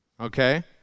Okay